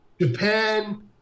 Japan